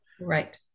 Right